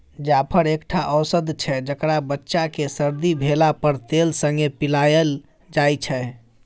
जाफर एकटा औषद छै जकरा बच्चा केँ सरदी भेला पर तेल संगे पियाएल जाइ छै